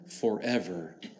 forever